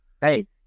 hey